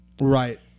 Right